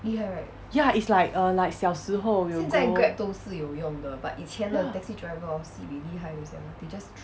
ya it's like a like 小时候有 go ya